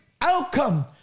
outcome